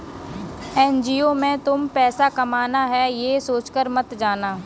NGO में तुम पैसा कमाना है, ये सोचकर मत जाना